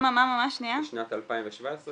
אנחנו כן קדמנו את הפיילוט של הצימוד האלקטרוני,